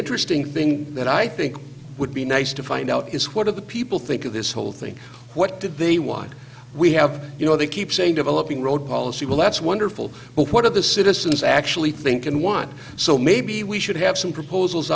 interesting thing that i think would be nice to find out is what are the people think of this whole thing what did they want we have you know they keep saying developing road policy well that's wonderful but what are the citizens actually think and want so maybe we should have some proposals